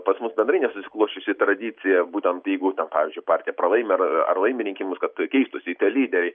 pas mus bendrai nesusiklosčiusi tradicija būtent jeigu ten pavyzdžiui partija pralaimi ar ar laimi rinkimus kad keistųsi tie lyderiai